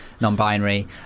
non-binary